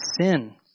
sin